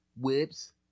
whips